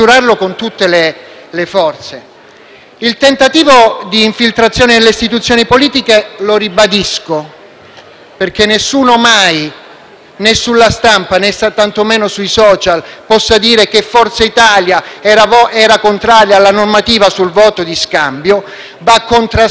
Il tentativo di infiltrazione nelle istituzioni politiche - lo ribadisco, affinché nessuno mai, né sulla stampa né tantomeno sui *social*, possa dire che Forza Italia era contraria alla normativa sul voto di scambio - va contrastato con ogni mezzo.